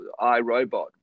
iRobot